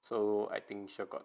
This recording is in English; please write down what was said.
so I think sure got